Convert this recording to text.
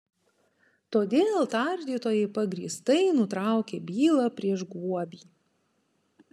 todėl tardytojai pagrįstai nutraukė bylą prieš guobį